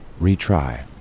retry